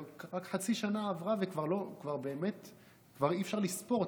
רק חצי שנה עברה וכבר אי-אפשר לספור.